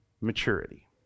maturity